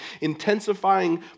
intensifying